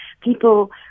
people